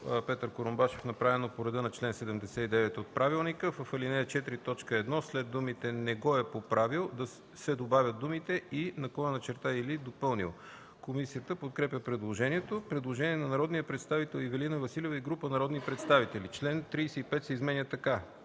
Петър Курумбашев, направено по реда на чл.79 от ПОДНС: „В ал. 4, т. 1, след думите „не го е поправил” се добавят думите „и/или допълнил”.” Комисията подкрепя предложението. Предложение на народния представител Ивелина Василева и група народни представители: „Чл. 35 се изменя така: